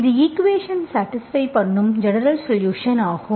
இது equations satisfy பண்ணும் general solution ஆகும்